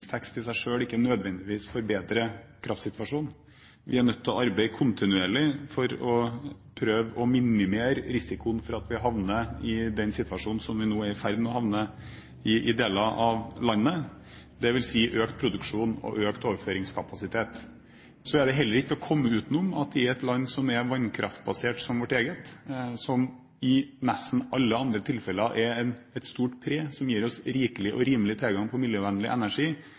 meldingstekst i seg selv ikke nødvendigvis forbedrer kraftsituasjonen. Vi er nødt til å arbeide kontinuerlig for å prøve å minimere risikoen for å havne i den situasjonen som vi nå er i ferd med å havne i i deler av landet – dvs. økt produksjon og økt overføringskapasitet. Så er det heller ikke til å komme utenom at i et land som er vannskraftbasert, som vårt eget – og i nesten alle tilfeller er det et stort pre – som gir oss rikelig og rimelig tilgang på miljøvennlig energi,